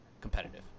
competitive